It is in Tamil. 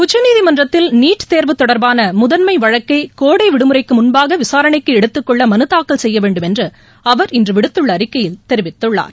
உச்சநீதிமன்றத்தில் நீட் தேர்வு தொடர்பான முதன்மை வழக்கை கோடை விடுமுறைக்கு முன்பாக விசாரணைக்கு எடுத்துக்கொள்ள மனு தாக்கல் செய்ய வேண்டும் என்று அவர் இன்று விடுத்துள்ள அறிக்கையில் தெரிவித்துள்ளார்